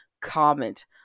comment